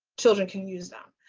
children can use them.